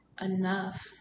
enough